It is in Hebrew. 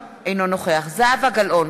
אינו נוכח זהבה גלאון,